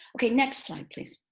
okay, next slide please.